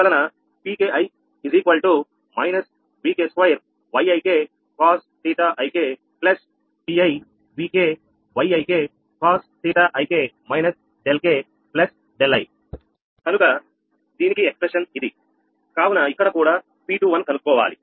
Pki |Vk |2 |Yik |cos⁡Ɵ|Vi | |Vk ||Yik |cos⁡Ɵik ðkði కనుక దీనికి వ్యక్తీకరణ ఇది కావున ఇక్కడ కూడా P21 కనుక్కోవాలి